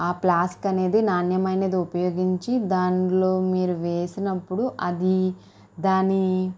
ఆ ప్లాస్క్ అనేది నాణ్యమైనది ఉపయోగించి దానిలో మీరు వేసినప్పుడు అది దాని